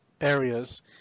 areas